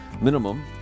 Minimum